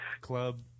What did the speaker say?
Club